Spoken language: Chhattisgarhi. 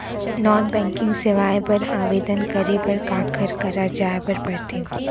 नॉन बैंकिंग सेवाएं बर आवेदन करे बर काखर करा जाए बर परथे